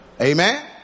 Amen